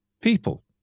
people